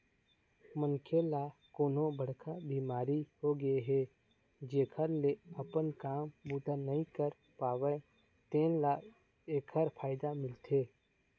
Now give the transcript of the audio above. मनखे ल कोनो बड़का बिमारी होगे हे जेखर ले अपन काम बूता नइ कर पावय तेन ल एखर फायदा मिलथे